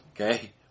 Okay